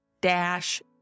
dash